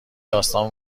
داستان